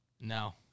No